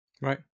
Right